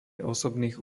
osobných